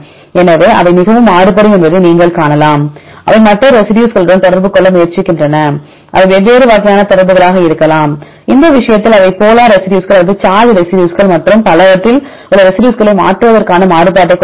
எனவே அவை மிகவும் மாறுபடும் என்பதை நீங்கள் காணலாம் அவை மற்ற ரெசிடியூஸ்களுடன் தொடர்பு கொள்ள முயற்சிக்கின்றன அவை வெவ்வேறு வகையான தொடர்புகளாக இருக்கலாம் இந்த விஷயத்தில் அவை போலார் ரெசிடியூஸ்கள் அல்லது சார்ஜ் ரெசிடியூஸ்கள் மற்றும் பலவற்றில் உள்ள ரெசிடியூஸ்களை மாற்றுவதற்கான மாறுபாட்டைக் கொண்டுள்ளன